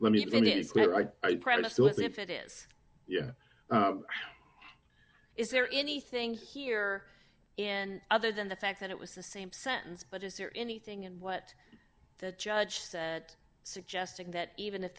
you if it is yeah is there anything here and other than the fact that it was the same sentence but is there anything in what the judge suggesting that even if